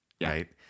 right